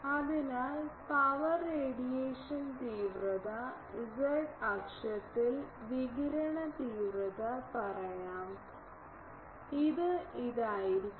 അതിനാൽ power radiation തീവ്രത z അക്ഷത്തിൽ വികിരണ തീവ്രത പറയാം ഇത് ഇതായിരിക്കും